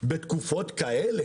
בתקופות כאלה